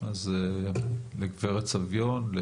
אז לגברת סביון,